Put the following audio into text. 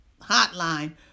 hotline